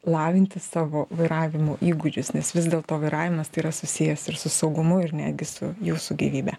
lavinti savo vairavimo įgūdžius nes vis dėl to vairavimas tai yra susijęs ir su saugumu ir netgi su jūsų gyvybe